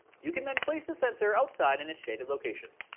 you can then place the sensor outside in its shaded location.